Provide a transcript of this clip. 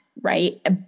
right